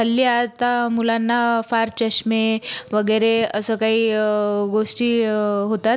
हल्ली आता मुलांना फार चष्मे वगैरे असं काही गोष्टी होतात